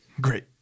Great